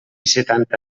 setanta